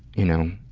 you know,